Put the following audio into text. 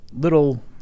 little